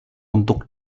untuk